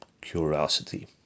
curiosity